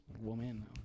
woman